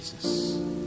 Jesus